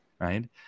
right